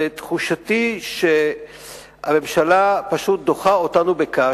תחושתי היא שהממשלה פשוט דוחה אותנו בקש,